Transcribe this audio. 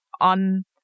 on